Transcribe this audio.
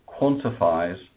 quantifies